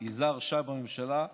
יזהר שי בממשלה,